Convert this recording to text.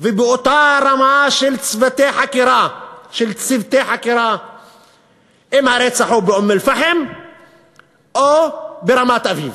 ובאותה רמה של צוותי חקירה אם הרצח הוא באום-אלפחם או ברמת-אביב?